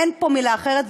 אין פה מילה אחרת.